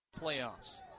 playoffs